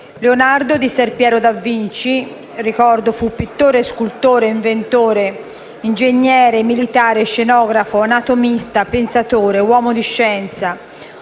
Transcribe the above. Leonardo di ser Piero da Vinci fu pittore, scultore, inventore, ingegnere, militare, scenografo, anatomista, pensatore, uomo di scienza;